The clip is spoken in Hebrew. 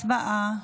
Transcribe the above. הצבעה.